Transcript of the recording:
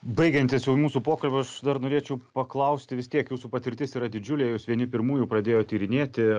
baigiantis jau mūsų pokalbiu jūsų dar norėčiau paklausti vis tiek jūsų patirtis yra didžiulė jūs vieni pirmųjų pradėjot tyrinėti